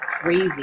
crazy